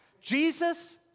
Jesus